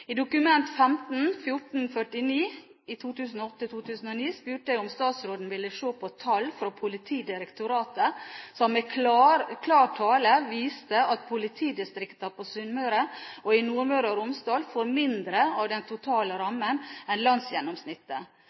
I Dokument nr. 15:1449 for 2008–2009 spurte jeg om statsråden ville se på tall fra Politidirektoratet som i klar tale viser at politidistriktene på Sunnmøre og i Nordmøre og Romsdal får mindre av den totale rammen enn landsgjennomsnittet.